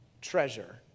treasure